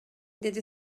деди